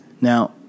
Now